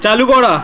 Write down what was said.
চালু করা